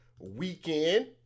weekend